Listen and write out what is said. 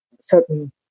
certain